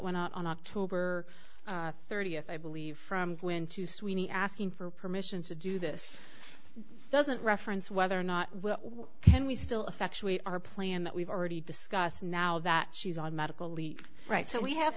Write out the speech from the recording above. went out on october thirtieth i believe from when to sweeney asking for permission to do this doesn't reference whether or not can we still effectuate our plan that we've already discussed now that she's on medical leave right so we have